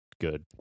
good